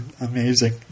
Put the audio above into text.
amazing